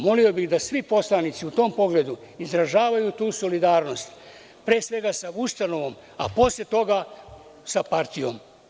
Molio bih da svi poslanici u tom pogledu izražavaju tu solidarnost, pre svega sa ustanovom, a posle toga sa partijom.